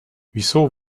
wieso